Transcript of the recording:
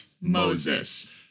Moses